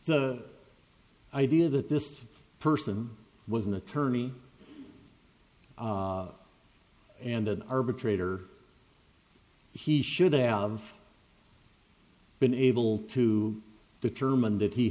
the idea that this person was an attorney and an arbitrator he should have been able to determine that he